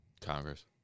Congress